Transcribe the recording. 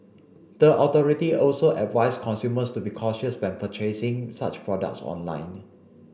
the authority also advised consumers to be cautious when purchasing such products online